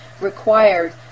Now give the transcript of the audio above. required